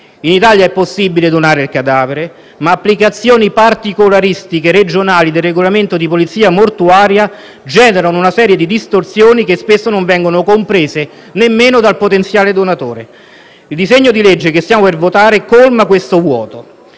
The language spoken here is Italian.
In Italia è possibile donare il cadavere, ma applicazioni particolaristiche regionali del regolamento di polizia mortuaria generano una serie di distorsioni che, spesso, non vengono comprese nemmeno dal potenziale donatore. Il disegno di legge che stiamo per votare colma questo vuoto.